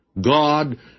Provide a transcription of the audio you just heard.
God